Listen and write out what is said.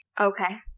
Okay